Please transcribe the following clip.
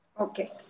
Okay